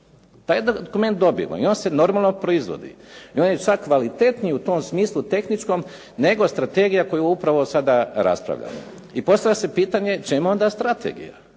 Taj dokument dobivamo i on se normalno proizvodi. I on je čak kvalitetniji u tom smislu tehničkom, nego strategija o kojoj upravo sada raspravljamo. I postavlja se pitanje čemu onda strategija?